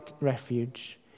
refuge